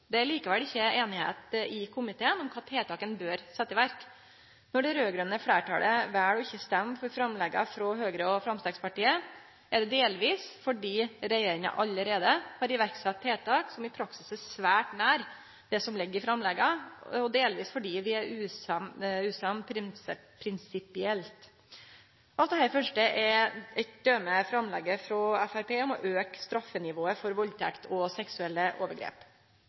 Det er likevel ikkje einigheit i komiteen om kva tiltak ein bør setje i verk. Når det raud-grøne fleirtalet vel ikkje å stemme for framlegga frå Høgre og Framstegspartiet, er det delvis fordi regjeringa allereie har sett i verk tiltak som i praksis er svært nær det som ligg i framlegga, og delvis fordi vi er usamde prinsipielt. Av dette første er eitt døme framlegget frå Framstegspartiet om å auke straffenivået for valdtekt og seksuelle overgrep.